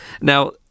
now